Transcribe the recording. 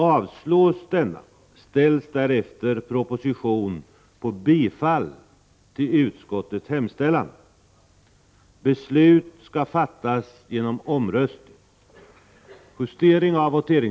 Avslås denna ställs därefter proposition på bifall till utskottets hemställan.